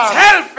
tell